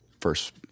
first